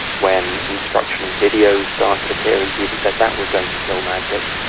when instructional videos started appearing, people said that was going to kill magic.